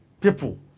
people